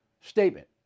statement